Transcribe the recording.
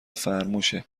فرموشه